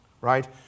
right